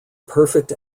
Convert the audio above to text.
perfect